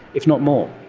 if not more.